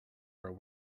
our